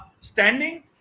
standing